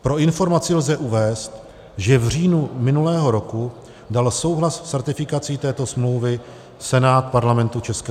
Pro informaci lze uvést, že v říjnu minulého roku dal souhlas s ratifikací této smlouvy Senát Parlamentu ČR.